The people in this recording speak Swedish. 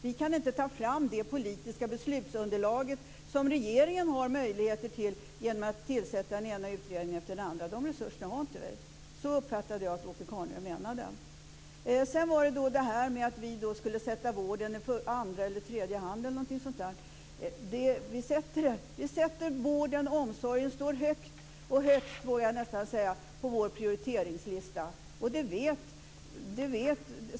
Vi kan inte ta fram det politiska beslutsunderlag som regeringen har möjlighet att göra genom att tillsätta den ena utredningen efter den andra. De resurserna har vi inte. Så uppfattade jag att Åke Carnerö menade. Sedan gällde det detta med att vi skulle sätta vården i andra eller tredje hand. Vården och omsorgen står högt - jag vågar nästan säga högst - på vår prioriteringslista.